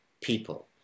people